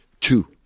two